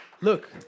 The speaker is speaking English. look